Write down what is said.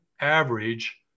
average